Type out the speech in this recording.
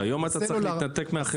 היום אתה צריך להתנתק מהחברה.